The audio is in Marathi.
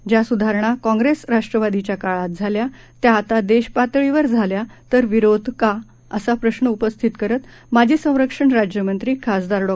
ज्या सुधारणा कॉंग्रेस राष्ट्रवादीच्या काळात झाल्या त्या आता देशपातळीवर झाल्या तर विरोध का असा प्रश्न उपस्थित करत माजी संरक्षण राज्यमंत्री खासदार डॉ